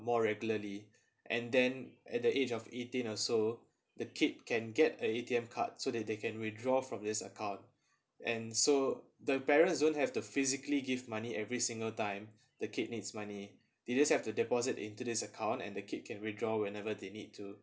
more regularly and then at the age of eighteen also the kid can get a A_T_M card so that they can withdraw from this account and so the parents don't have to physically give money every single time the kid needs money you just have to deposit into this account and the kid can withdraw whenever they need to